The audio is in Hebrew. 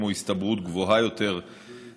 כמו הסתברות גבוהה יותר להצתות.